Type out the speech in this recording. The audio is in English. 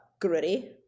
gritty